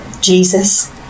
Jesus